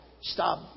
stop